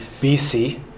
BC